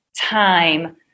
time